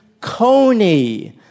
coney